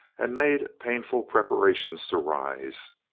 and made painful preparations to rise.